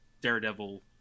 daredevil